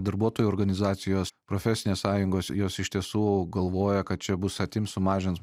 darbuotojų organizacijos profesinės sąjungos jos iš tiesų galvoja kad čia bus atims sumažins